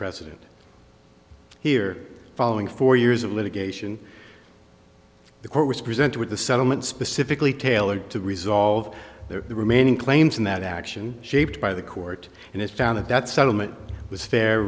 precedent here following four years of litigation the court was presented with a settlement specifically tailored to resolve the remaining claims in that action shaped by the court and it found that that settlement was fair